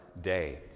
day